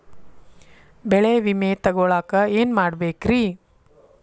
ಬೆಳೆ ವಿಮೆ ತಗೊಳಾಕ ಏನ್ ಮಾಡಬೇಕ್ರೇ?